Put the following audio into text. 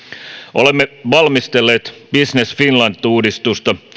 olemme valmistelleet business finland uudistusta